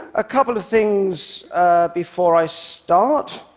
a couple of things before i start.